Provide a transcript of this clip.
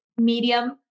medium